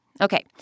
Okay